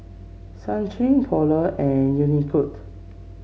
Schick Polar and Unicurd